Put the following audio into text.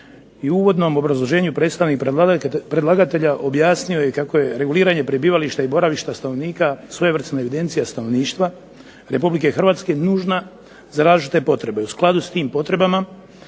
u uvodnom obrazloženju predstavnik predlagatelja objasnio je kako je reguliranje prebivališta i boravišta stanovnika svojevrsna evidencija stanovništva RH nužna za različite potrebe.